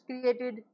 created